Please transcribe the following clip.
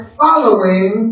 following